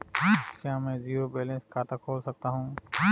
क्या मैं zero balance खाता खोल सकता हूँ?